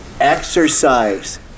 Exercise